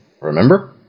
Remember